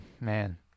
Man